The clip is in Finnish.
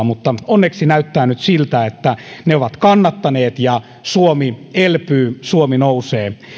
mutta onneksi näyttää nyt siltä että ne ovat kannattaneet ja suomi elpyy suomi nousee